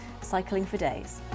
cyclingfordays